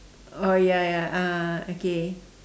oh ya ya ah okay